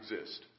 exist